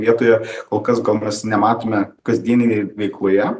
vietoje kol kas gal mes nematome kasdieninėj veikloje